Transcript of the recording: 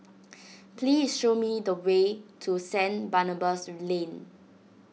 please show me the way to Saint Barnabas Lane